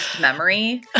memory